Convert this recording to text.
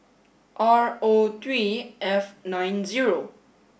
R O three F nine zero